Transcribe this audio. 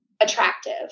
attractive